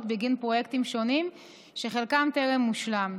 בגין פרויקטים שונים שחלקם טרם הושלם.